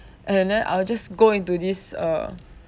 and then I'll just go into this uh